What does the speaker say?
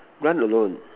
run alone